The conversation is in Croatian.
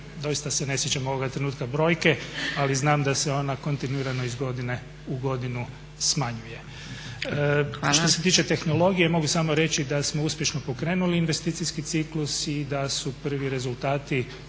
Doista se ne sjećam ovoga trenutka brojke, ali znam da se ona kontinuirano iz godine u godinu smanjuje. Što se tiče tehnologije, mogu samo reći da smo uspješno pokrenuli investicijski ciklus i da su prvi rezultati